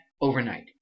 overnight